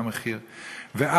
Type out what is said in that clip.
ממחיר השמאות.